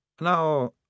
Now